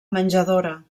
menjadora